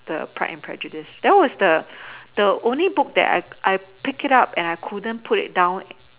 the Pride and Prejudice that was the the only book I I I picked it up and I couldn't put it down